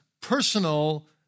personal